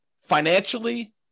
financially